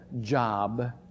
job